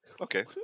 Okay